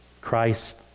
Christ